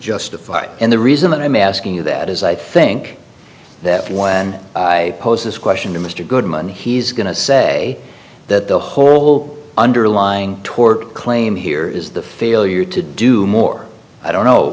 justified and the reason i'm asking you that is i think that when i pose this question to mr goodman he's going to say that the whole underlying tort claim here is the failure to do more i don't know